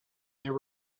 there